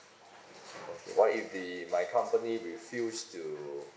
what if the my company refused to